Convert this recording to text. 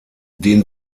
den